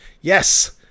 Yes